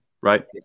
right